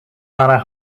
manor